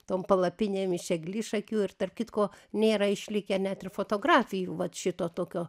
tom palapinėm iš eglišakių ir tarp kitko nėra išlikę net ir fotografijų vat šito tokio